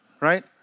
Right